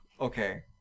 okay